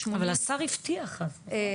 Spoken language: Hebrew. אבל הבטיח אז, נכון?